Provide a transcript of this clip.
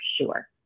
sure